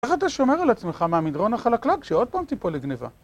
איך אתה שומר על עצמך מהמדרון החלקלק, כשעוד פעם תיפול לגניבה?